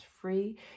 free